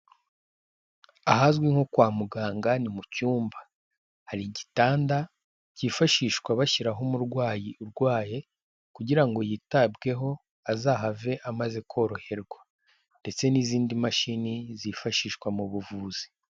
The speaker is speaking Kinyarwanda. Ahazwi nko kwa muganga ni mu cyumba, hari igitanda cyifashishwa bashyiraho umurwayi urwaye kugira ngo yitabweho azahave amaze koroherwa ndetse n'izindi mashini zifashishwa mu buvuzi.